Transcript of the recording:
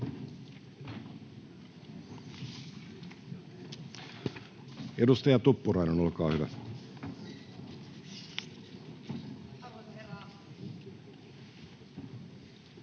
Edustaja Tuppurainen, olkaa hyvä.